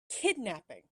kidnapping